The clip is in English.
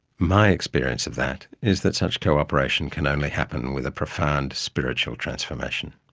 my experience of that is that such cooperation can only happen with a profound spiritual transformation,